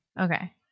okay